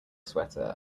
sweater